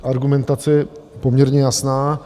Argumentace je poměrně jasná.